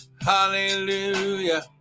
Hallelujah